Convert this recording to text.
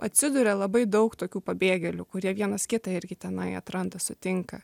atsiduria labai daug tokių pabėgėlių kurie vienas kitą irgi tenai atranda sutinka